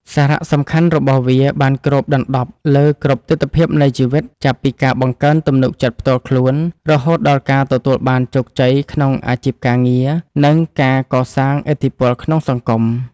សារៈសំខាន់របស់វាបានគ្របដណ្ដប់លើគ្រប់ទិដ្ឋភាពនៃជីវិត ចាប់ពីការបង្កើនទំនុកចិត្តផ្ទាល់ខ្លួន រហូតដល់ការទទួលបានជោគជ័យក្នុងអាជីពការងារ និងការកសាងឥទ្ធិពលក្នុងសង្គម។